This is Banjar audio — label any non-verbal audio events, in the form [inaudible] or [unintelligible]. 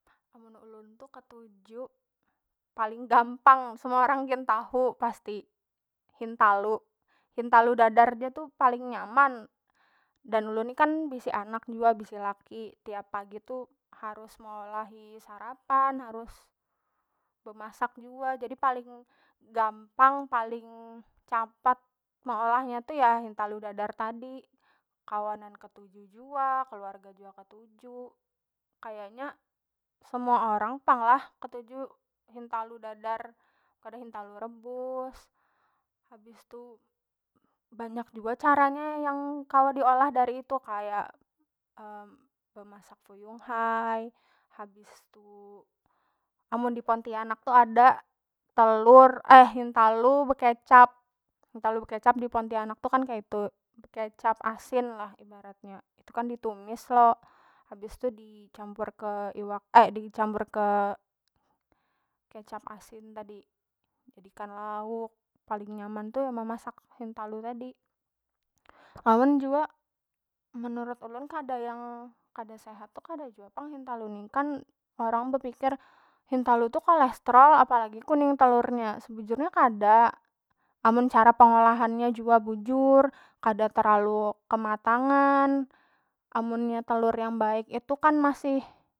Amun ulun tu ketuju paling gampang semua orang gin tahu pasti hintalu, hintalu dadar [unintelligible] paling nyaman dan ulun ni kan bisi anak jua bisi laki tiap pagi tu harus meolahi sarapan harus bemasak jua jadi paling gampang paling capat meolahnya tu hintalu dadar tadi, kawanan ketuju jua, keluarga jua ketuju kayanya semua orang pang lah ketuju hintalu dadar kada hintalu rebus, habis tu banyak jua caranya yang kawa diolah dari itu kaya [hesitation] bemasak fuyung hai habis tu amun di pontianak tu ada telur eh hintalu bekecap, hintalu bekecap di pontianak tu kan kaitu bekecap asin lah ibaratnya itu kan ditumis lo habis tu dicampur ke kecap asin tadi dijadikan lauk paling nyaman tu memasak hintalu tadi amun jua menurut ulun kada yang kada sehat tu kada jua pang hintalu ni kan orang bepikir hintalu tu kolestrol apalagi kuning telur nya sebujurnya kada, amun cara pengolahan nya jua bujur kada terlalu kematangan amun nya telur yang baik itu kan masih.